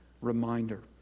reminder